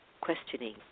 questioning